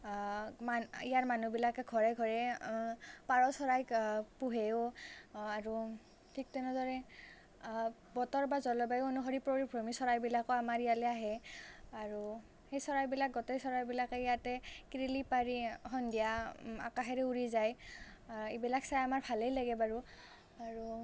মা ইয়াৰ মানুহবিলাকে ঘৰে ঘৰে পাৰ চৰাইক পোহেও আৰু ঠিক তেনেদৰে বতৰ বা জলবায়ু অনুসৰি পৰিভ্ৰমী চৰাইবিলাকো আমাৰ ইয়ালৈ আহে আৰু সেই চৰাইবিলাক গোটেই চৰাই বিলাকে ইয়াতে কিৰিলি পাৰি সন্ধিয়া আকাশেদি উৰি যায় এইবিলাক চাই আমাৰ ভালেই লাগে বাৰু আৰু